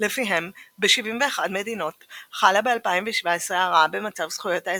לפיהם ב–71 מדינות חלה ב–2017 הרעה במצב זכויות האזרח,